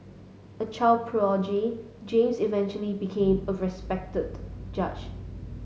a child prodigy James eventually became a respected judge